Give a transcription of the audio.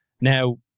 now